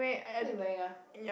what you wearing ah